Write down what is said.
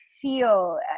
feel